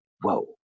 whoa